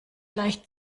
leicht